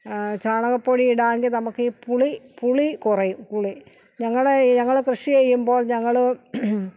ചാണകപ്പൊടി ഇടുകയാണെങ്കിൽ നമുക്ക് ഈ പുളി പുളി കുറയും പുളി ഞങ്ങളുടെ ഈ ഞങ്ങള് കൃഷി ചെയ്യുമ്പോള് ഞങ്ങള്